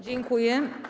Dziękuję.